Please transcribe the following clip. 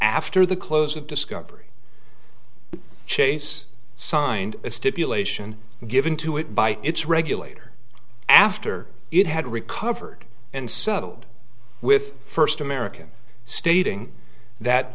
the close of discovery chase signed a stipulation given to it by its regulator after it had recovered and settled with first american stating that